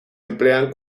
emplean